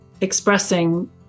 expressing